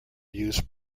use